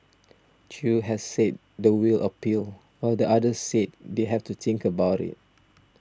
Chew has said the will appeal while the other said they have to think about it